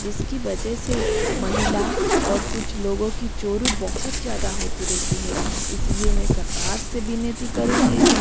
जिसकी वजह से महिलाओं और कुछ लोगों की चोरी बहुत ज़्यादा होती रहती है इसीलिए मैं सरकार से विनती करूँगी